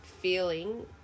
feeling